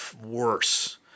worse